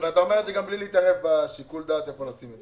אתה אומר את זה בלי להתערב בשיקול הדעת איפה לשים אותם.